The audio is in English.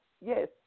Yes